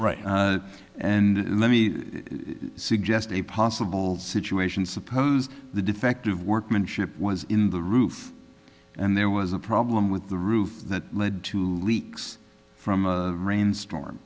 right and let me suggest a possible situation suppose the defective workmanship was in the roof and there was a problem with the roof that led to leaks from a rainstorm